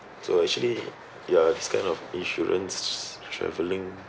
so actually ya it's kind of insurance travelling